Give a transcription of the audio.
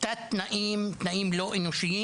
תת תנאים, תנאים לא אנושיים,